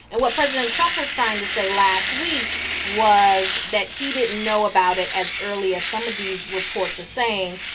and what president trump was trying to say last week was that he didn't know about it as early as some of these reports are saying.